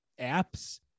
apps